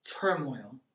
turmoil